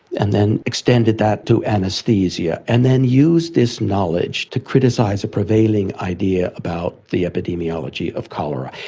and then extended that to anaesthesia, and then used this knowledge to criticise a prevailing idea about the epidemiology of cholera,